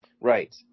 Right